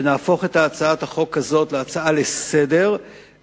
ונהפוך את הצעת החוק הזאת להצעה לסדר-היום.